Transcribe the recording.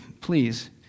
please